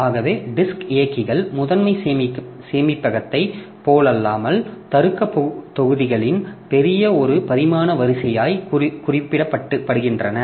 ஆகவே டிஸ்க் இயக்கிகள் முதன்மை சேமிப்பகத்தைப் போலல்லாமல் தருக்க தொகுதிகளின் பெரிய ஒரு பரிமாண வரிசையாகக் குறிப்பிடப்படுகின்றன